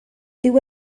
dyw